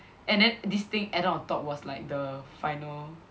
and then this thing added on top was like the final